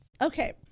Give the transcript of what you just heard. Okay